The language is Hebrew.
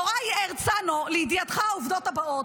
יוראי הרצנו, לידיעתך העובדות הבאות: